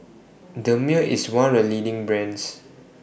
Dermale IS one of The leading brands